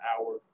hour